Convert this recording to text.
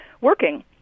working